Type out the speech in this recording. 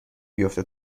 بیفته